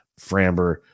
Framber